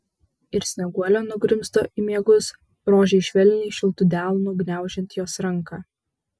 ir snieguolė nugrimzdo į miegus rožei švelniai šiltu delnu gniaužiant jos ranką